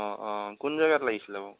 অ' অ' কোন জাগাত লাগিছিলে বাৰু